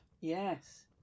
yes